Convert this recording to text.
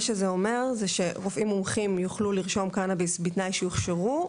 מה שזה אומר זה שרופאים מומחים יוכלו לרשום קנביס בתנאי שהוכשרו,